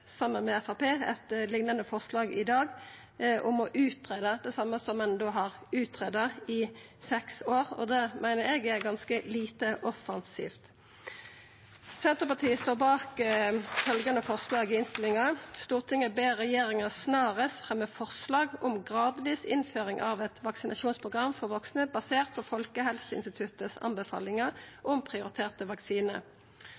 saman med Framstegspartiet eit liknande forslag i dag om å utgreia det same som ein har utgreidd i seks år. Det meiner eg er ganske lite offensivt. Senterpartiet står bak følgjande forslag i innstillinga: «Stortinget ber regjeringen snarest fremme forslag om gradvis innføring av et vaksinasjonsprogram for voksne basert på Folkehelseinstituttets